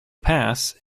pass